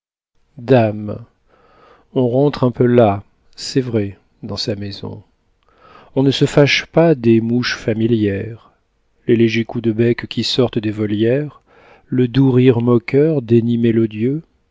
dame on rentre un peu las c'est vrai dans sa maison on ne se fâche pas des mouches familières les légers coups de bec qui sortent des volières le doux rire moqueur des nids